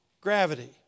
gravity